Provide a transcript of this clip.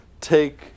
take